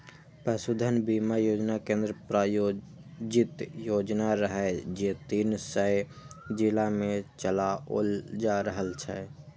पशुधन बीमा योजना केंद्र प्रायोजित योजना रहै, जे तीन सय जिला मे चलाओल जा रहल छै